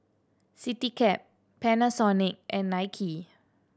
Citycab Panasonic and Nike